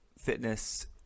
fitness